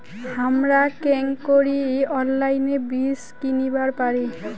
হামরা কেঙকরি অনলাইনে বীজ কিনিবার পারি?